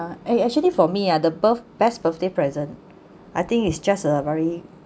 eh actually for me ah the birth~ best birthday present I think is just a very